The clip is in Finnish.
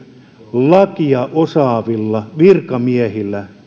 lakia osaavilla virkamiehillä